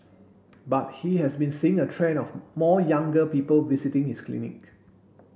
but he has been seeing a trend of more younger people visiting his clinic